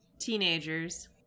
Teenagers